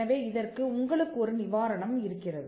எனவே இதற்கு உங்களுக்கு ஒரு நிவாரணம் இருக்கிறது